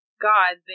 God